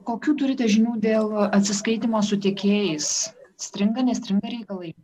kokių turite žinių dėl atsiskaitymo su tiekėjais stringa nestringa reikalai